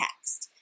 text